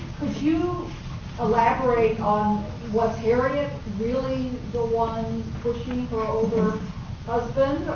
you elaborate on was harriet really the one pushing her husband?